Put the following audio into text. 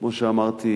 כמו שאמרתי,